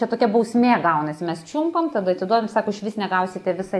čia tokia bausmė gaunasi mes čiumpam tada atiduodam sako išvis negausite visą